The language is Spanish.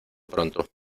pronto